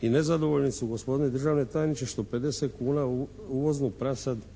i nezadovoljni su gospodine državni tajniče što 50 kuna uvoznu prasad